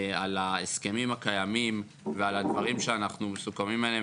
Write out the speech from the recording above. על ההסכמים הקיימים ועל הדברים שאנחנו מסוכמים עליהם,